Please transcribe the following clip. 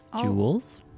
Jewels